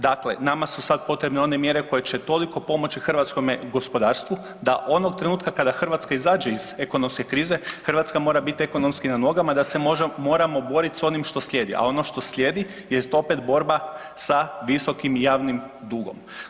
Dakle, nama su sad potrebne one mjere koje će toliko pomoći hrvatskome gospodarstvu da onog trenutka kada Hrvatska izađe iz ekonomske krize Hrvatska mora bit ekonomski na nogama da se moramo borit s onim što slijedi, a ono što slijedi jest opet borba sa visokim javnim dugom.